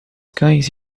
cães